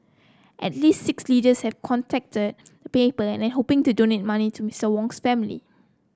at least six leaders have contacted the paper and hoping to donate money to Mister Wang's family